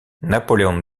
napoleon